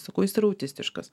sakau jis yra autistiškas